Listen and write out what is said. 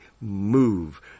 move